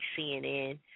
CNN